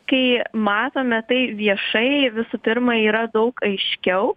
kai matome tai viešai visų pirma yra daug aiškiau